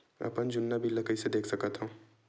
अपन जुन्ना बिल ला कइसे देख सकत हाव?